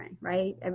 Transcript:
right